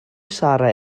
sarra